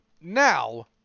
Now